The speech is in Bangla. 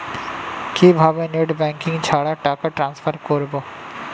কিভাবে নেট ব্যাংকিং ছাড়া টাকা টান্সফার করব?